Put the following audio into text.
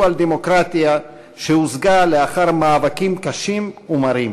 על הדמוקרטיה שהושגה לאחר מאבקים קשים ומרים.